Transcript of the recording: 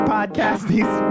Podcasties